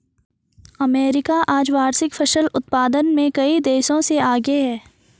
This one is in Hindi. अमेरिका आज वार्षिक फसल उत्पादन में कई देशों से आगे है